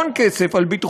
חבר הכנסת